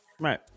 Right